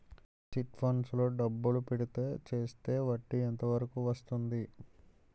Chit funds లో డబ్బులు పెడితే చేస్తే వడ్డీ ఎంత వరకు వస్తుంది?